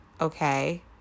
okay